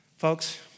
Folks